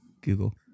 Google